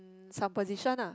uh some position ah